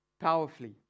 powerfully